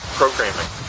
programming